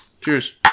Cheers